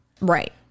Right